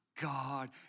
God